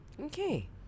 Okay